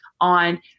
on